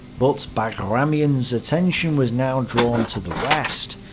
but bagramian's attention was now drawn to the west.